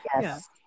yes